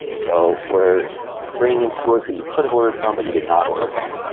so we're bringing in source that you could have ordered from, but you did not order from.